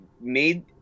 made